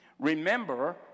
Remember